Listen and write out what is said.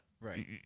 Right